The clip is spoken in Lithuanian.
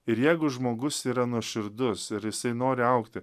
ir jeigu žmogus yra nuoširdus ir jisai nori augti